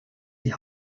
die